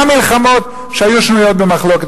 גם מלחמות שהיו שנויות במחלוקת,